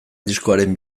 diskoaren